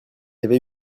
avait